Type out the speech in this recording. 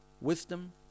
wisdom